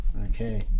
okay